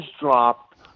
dropped